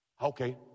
Okay